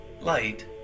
light